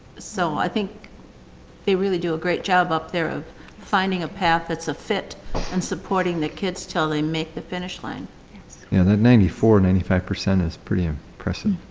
so i think they really do a great job up there of finding a path that's a fit and supporting the kids till they make the finish line. yeah that ninety four and ninety five percent is pretty ah impressive.